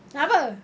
nak apa